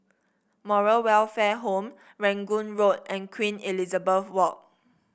Moral Welfare Home Rangoon Road and Queen Elizabeth Walk